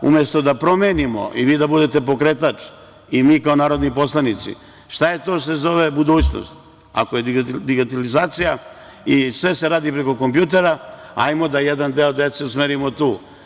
Umesto da promenimo i vi da budete pokretač, i mi kao narodni poslanici, šta je to što se zove budućnost, ako je digitalizacija i sve se radi preko kompjutera, ajmo da jedan deo dece usmerimo tu.